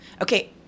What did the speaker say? okay